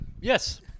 Yes